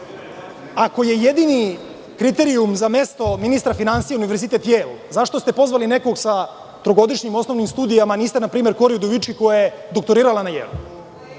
ako je jedini kriterijum za mesto ministra finansija Univerzitet Jejl, zašto ste pozvali nekog sa trogodišnjim osnovnim studijama, a niste, npr, Kori Udovički, koja je doktorirala na Jejlu? Da